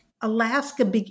Alaska